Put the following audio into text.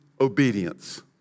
obedience